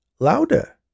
Louder